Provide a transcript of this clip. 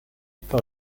par